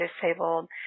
disabled